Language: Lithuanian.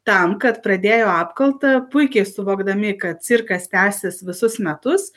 tam kad pradėjo apkaltą puikiai suvokdami kad cirkas tęsis visus metus